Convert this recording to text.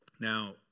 Now